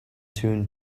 tune